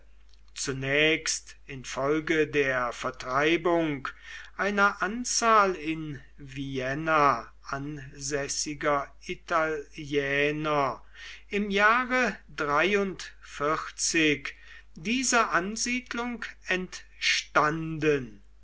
zunächst infolge der vertreibung einer anzahl in vienna ansässiger italiener im jahre diese ansiedlung entstanden